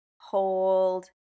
hold